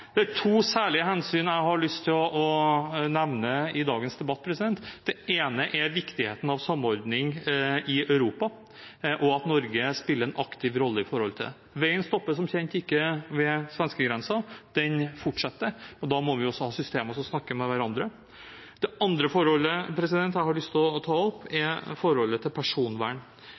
Det er to særlige hensyn jeg har lyst til å nevne i dagens debatt. Det ene er viktigheten av samordning i Europa, og at Norge spiller en aktiv rolle når det gjelder dette. Veien stopper som kjent ikke ved svenskegrensen, den fortsetter. Da må vi også ha systemer som snakker med hverandre. Det andre hensynet jeg har lyst til å ta opp,